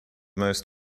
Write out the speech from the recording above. most